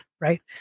right